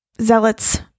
zealots